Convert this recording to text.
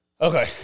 Okay